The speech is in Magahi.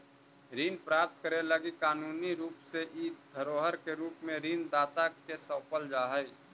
ऋण प्राप्त करे लगी कानूनी रूप से इ धरोहर के रूप में ऋण दाता के सौंपल जा हई